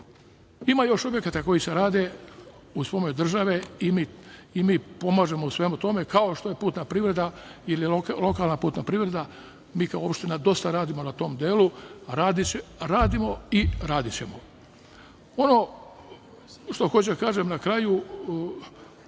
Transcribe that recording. još objekata koji se rade uz pomoć države i mi pomažemo u svemu tome, kao što je putna privreda ili lokalna putna privreda. Mi kao opština dosta radimo na tom delu. Radimo i radićemo. Ono što hoću da kažem na kraju,